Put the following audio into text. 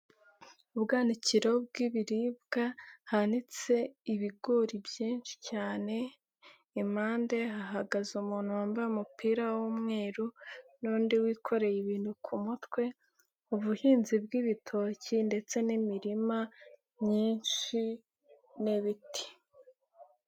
Ubwanikiro bw'ibiribwa hanitse ibigori byinshi cyane, impande hahagaze umuntu wambaye umupira w'umweru n'undi wikoreye ibintu ku mutwe, ubuhinzi bw'ibitoki ndetse n'imirima myinshi n'ibiti.